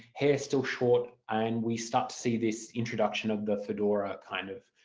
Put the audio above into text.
hair still short and we start to see this introduction of the fedora kind of